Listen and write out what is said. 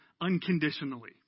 unconditionally